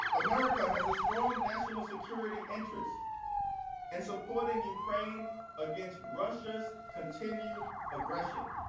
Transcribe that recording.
america has a strong national security interest in supporting ukraine against russia's continued aggression.